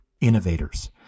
innovators